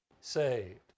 saved